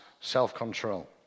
self-control